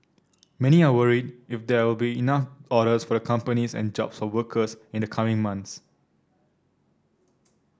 many are worried if there will be enough orders for the companies and jobs for workers in the coming months